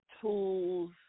tools